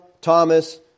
Thomas